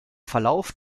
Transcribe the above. verlauf